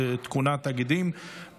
תאגידים,